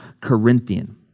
Corinthian